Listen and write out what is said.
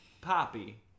Poppy